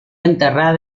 enterrada